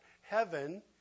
Heaven